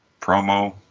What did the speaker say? promo